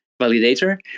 validator